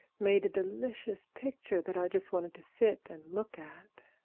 made a delicious picture that i just wanted to sit and look at.